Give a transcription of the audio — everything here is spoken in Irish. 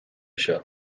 seo